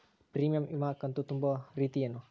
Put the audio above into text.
Premium ವಿಮಾ ಕಂತು ತುಂಬೋ ರೇತಿ ಏನು?